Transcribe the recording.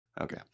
Okay